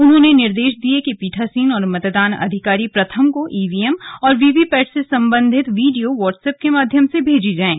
उन्होंने निर्देश दिये कि पीठासीन और मतदान अधिकारी प्रथम को ईवीएम और वीवीपैट से संबंधित वीडियो व्हाट्सएप के माध्यम से भेजी जाएं